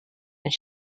and